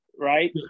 right